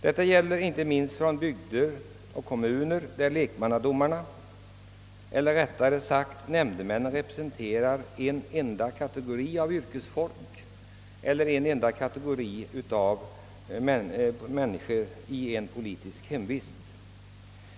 Detta gäller inte minst bygder och kommuner, där lekmannadomarna eller rättare sagt nämndemännen representerar en enda yrkeskategori eller en grupp av människor med samma politiska hemvist.